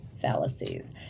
fallacies